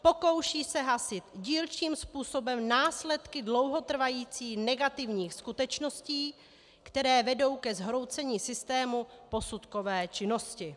Pokouší se hasit dílčím způsobem následky dlouhotrvajících negativních skutečností, které vedou ke zhroucení systému posudkové činnosti.